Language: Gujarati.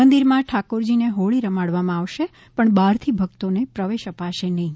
મંદિરમાં ઠાકોરજીને હોળી રમાડવામાં આવશે પણ બહારથી ભક્તોને પ્રવેશ અપાશે નહીં